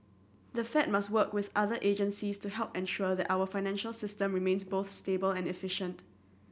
the Fed must work with other agencies to help ensure that our financial system remains both stable and efficient